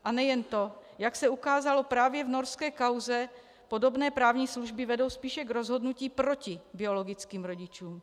A nejen to, jak se ukázalo právě v norské kauze, podobné právní služby vedou spíše k rozhodnutí proti biologickým rodičům.